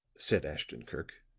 said ashton-kirk,